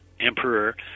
Emperor